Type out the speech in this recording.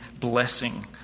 blessing